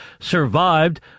survived